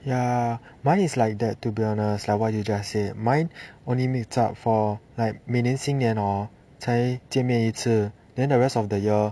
ya mine is like that to be honest like what you just said mine only meets up for like 每年新年 hor 才见面一次 then the rest of the year